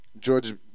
George